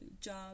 job